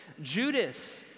Judas